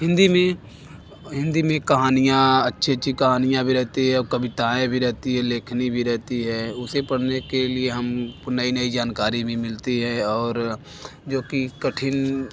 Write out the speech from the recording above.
हिन्दी में हिन्दी में कहानियाँ अच्छी अच्छी कहानियाँ भी रहती है कविताएं भी रहती है लेखनी भी रहती है उसे पढ़ने के लिए हम को नई नई जानकारी भी मिलती है और जो कि कठिन